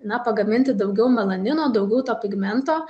na pagaminti daugiau melanino daugiau to pigmento